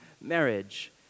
marriage